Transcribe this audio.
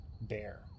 bear